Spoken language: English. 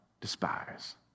despise